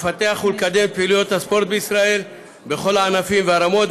לפתח ולקדם את פעילויות הספורט בישראל בכל הענפים והרמות,